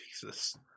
Jesus